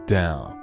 down